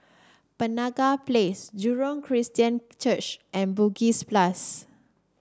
Penaga Place Jurong Christian Church and Bugis Plus